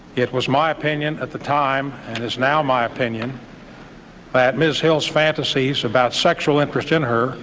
it was my opinion at the time and is now my opinion that ms. hill's fantasies about sexual interest in her